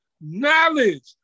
knowledge